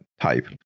type